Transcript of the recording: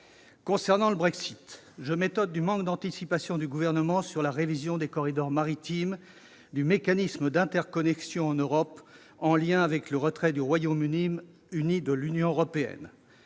Concernant le Brexit, je m'étonne du manque d'anticipation du Gouvernement sur la révision des corridors maritimes du mécanisme d'interconnexion en Europe, en lien avec le retrait du Royaume-Uni de l'Union européenne.